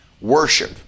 worship